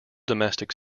domestic